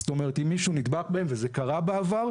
זאת אומרת אם מישהו נדבק בהם וזה קרה בעבר,